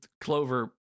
Clover